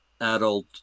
adult